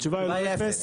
התשובה היא לא אפס.